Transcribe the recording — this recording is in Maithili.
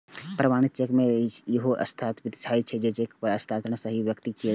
प्रमाणित चेक मे इहो सत्यापित कैल जाइ छै, जे चेक पर हस्ताक्षर सही व्यक्ति के छियै